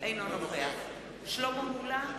אינו נוכח שלמה מולה,